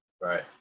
right